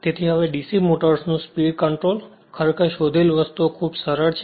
તેથી હવે DC મોટર્સનું સ્પીડ કંટ્રોલ ખરેખર શોધેલ વસ્તુઓ ખૂબ સરળ છે